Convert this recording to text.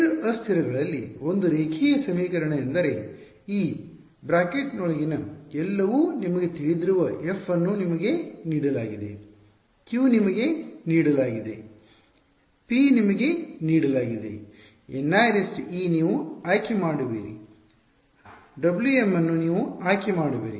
5 ಅಸ್ಥಿರಗಳಲ್ಲಿ ಒಂದು ರೇಖೀಯ ಸಮೀಕರಣ ಏಕೆಂದರೆ ಈ ಬ್ರಾಕೆಟ್ನೊಳಗಿನ ಎಲ್ಲವೂ ನಿಮಗೆ ತಿಳಿದಿರುವ f ಅನ್ನು ನಿಮಗೆ ನೀಡಲಾಗಿದೆ q ನಿಮಗೆ ನೀಡಲಾಗಿದೆ p ನಿಮಗೆ ನೀಡಲಾಗುತ್ತದೆ N ie ನೀವು ಆಯ್ಕೆ ಮಾಡುವಿರಿ W m ಅನ್ನು ನೀವು ಆಯ್ಕೆ ಮಾಡುವಿರಿ